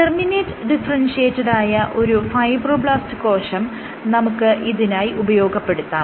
terminate ഡിഫറെൻഷിയേറ്റഡായ ഒരു fibroblast കോശം നമുക്ക് ഇതിനായി ഉപയോഗപ്പെടുത്താം